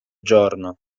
giorno